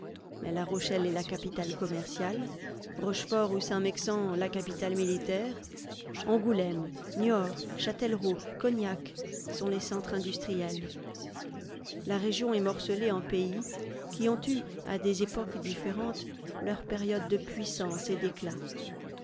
mais la rochelle est la capitale commerciale rochefort ou saint maixent la capitale militaire angoulême niort châtellerault cognac sont les centres industriels la région est morcelée en pays qui ont eu à des époques différentes leurs périodes de puissance et d'éclat